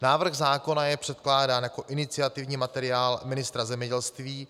Návrh zákona je předkládán jako iniciativní materiál ministra zemědělství.